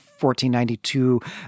1492